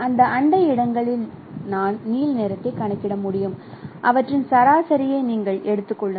அந்த நெய்போர் இடங்களில் நான் நீல நிறத்தை கணக்கிட முடியும் அவற்றின் சராசரியை நீங்கள் எடுத்துக் கொள்ளுங்கள்